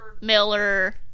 Miller